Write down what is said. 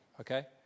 Okay